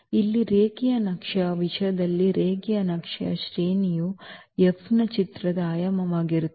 ಇಲ್ಲಿ ರೇಖೀಯ ನಕ್ಷೆಯ ವಿಷಯದಲ್ಲಿ ರೇಖೀಯ ನಕ್ಷೆಯ ಶ್ರೇಣಿಯು F ನ ಚಿತ್ರದ ಆಯಾಮವಾಗಿರುತ್ತದೆ